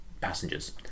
passengers